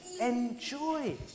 enjoy